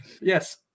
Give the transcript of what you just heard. Yes